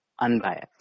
unbiased